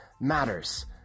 matters